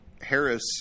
Harris